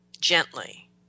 gently